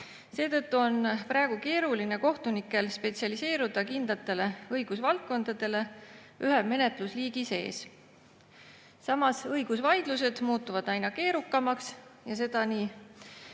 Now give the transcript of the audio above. Seetõttu on praegu keeruline kohtunikel spetsialiseeruda kindlatele õigusvaldkondadele ühe menetlusliigi sees. Samas muutuvad õigusvaidlused aina keerukamaks ja seetõttu